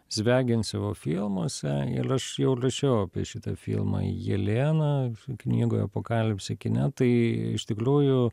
zviagincevo filmuose il aš jau liašiau apie šitą filmą jelena knygoj apokalipsė kine tai iš tikliųjų